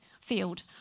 field